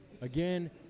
Again